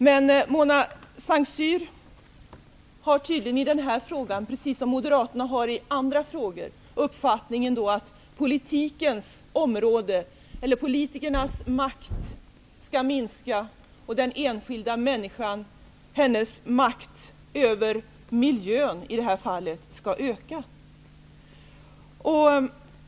Men Mona Saint Cyr har tydligen i den här frågan -- precis som Moderaterna har i andra frågor -- uppfattningen att politikernas makt skall minska och den enskilda människans makt, i det här fallet över miljön, skall öka.